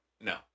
No